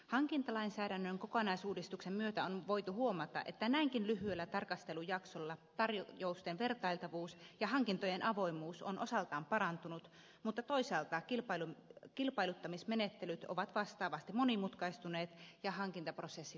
hankintalainsäädännön kokonaisuudistuksen myötä on voitu huomata että näinkin lyhyellä tarkastelujaksolla tarjousten vertailtavuus ja hankintojen avoimuus ovat osaltaan parantuneet mutta toisaalta kilpailuttamismenettelyt ovat vastaavasti monimutkaistuneet ja hankintaprosessit pitkittyneet